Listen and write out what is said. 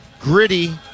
gritty